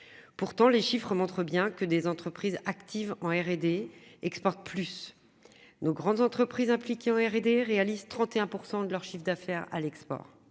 Pourtant, les chiffres montrent bien que des entreprises actives en R&D exporte plus. Nos grandes entreprises impliquées en R&D réalise 31% de leur chiffre d'affaires à l'export.